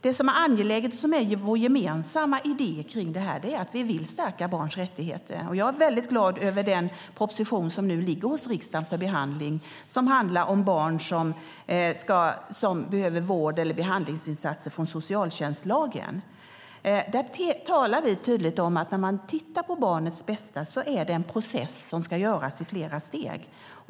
Det som är angeläget och som är vår gemensamma idé kring det här är att vi vill stärka barns rättigheter. Jag är väldigt glad över den proposition som nu ligger hos riksdagen för behandling. Den handlar om barn som behöver vård eller behandlingsinsatser med stöd av socialtjänstlagen. Där talar vi tydligt om att när man tittar på barnets bästa är det fråga om en process i flera steg.